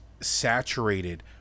saturated